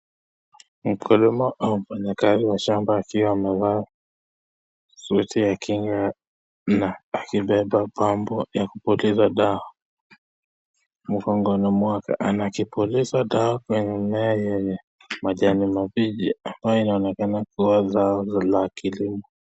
Mkulima au mfanyikazi wa shamba akiwa amevaa suti ya kinga na akibeba pampu ya kupuliza dawa mgongoni mwake, anakipuliza dawa kwenye mmea yenye majani mabichi ambayo inaonekana kuwa zao la kilimo.